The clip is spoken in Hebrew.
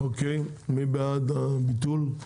מי בעד הביטול?